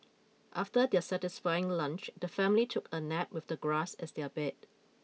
after their satisfying lunch the family took a nap with the grass as their bed